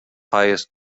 highest